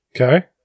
Okay